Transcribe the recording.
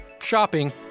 shopping